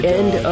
end